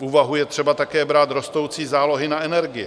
V úvahu je třeba také brát rostoucí zálohy na energie.